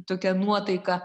tokia nuotaika